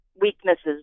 weaknesses